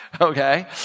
Okay